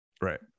Right